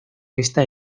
está